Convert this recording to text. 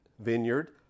vineyard